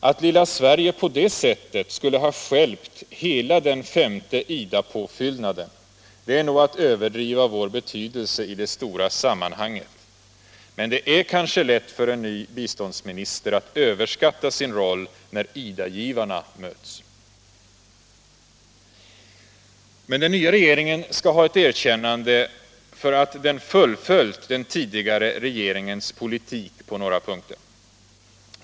Att lilla Sverige på det sättet skulle ha stjälpt hela den femte IDA-påfyllnaden är nog att överdriva vår betydelse i det stora sammanhanget. Det är kanske lätt för en ny biståndsminister att överskatta sin roll när IDA givarna möts. Men den nya regeringen skall ha ett erkännande för att den fullföljt den tidigare regeringens politik på några punkter.